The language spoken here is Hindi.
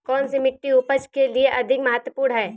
कौन सी मिट्टी उपज के लिए अधिक महत्वपूर्ण है?